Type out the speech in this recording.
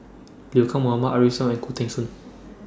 Liu Kang Mohammad Arif Suhaimi and Khoo Teng Soon